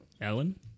Ellen